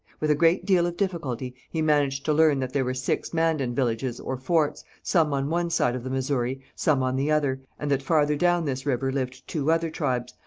with a great deal of difficulty he managed to learn that there were six mandan villages or forts, some on one side of the missouri, some on the other, and that farther down this river lived two other tribes,